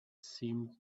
seemed